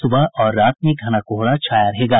सुबह और रात में घना कोहरा छाया रहेगा